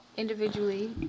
Individually